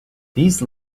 these